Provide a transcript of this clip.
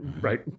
right